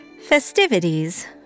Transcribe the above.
festivities